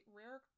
rare